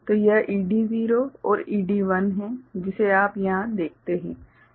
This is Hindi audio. तो यह ED0 और ED1 है जिसे आप यहाँ देखते हैं